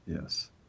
Yes